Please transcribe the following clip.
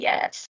Yes